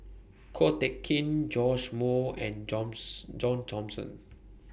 Ko Teck Kin Joash Moo and Johns John Thomson